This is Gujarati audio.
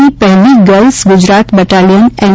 ની પહેલી ગર્લ્સ ગુજરાત બટાલીયન એન